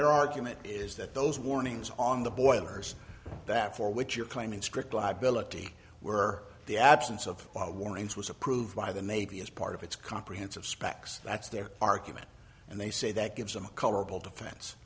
their argument is that those warnings on the boilers that for which you're claiming strict liability were the absence of warnings was approved by the navy as part of its comprehensive spec's that's their argument and they say that gives them a colorable defense